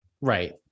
Right